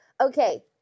Okay